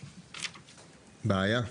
בעיה.